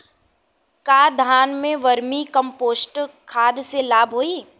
का धान में वर्मी कंपोस्ट खाद से लाभ होई?